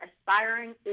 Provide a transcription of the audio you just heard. aspiring